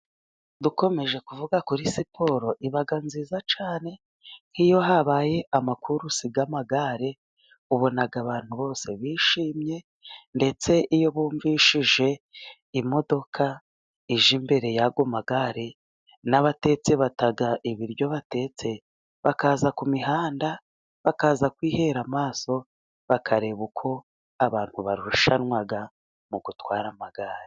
Dukomeje kuvuga kuri siporo, iba nziza cyane, nk'iyo habaye amakurusi y'amagare, ubona abantu bose bishimye, ndetse iyo bumvishije imodoka ije, imbere yayo magare, n'abatetse bata ibiryo batetse, bakaza ku mihanda, bakaza kwihera amaso, bakareba uko abantu barushanwa, mu gutwara amagare.